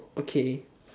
okay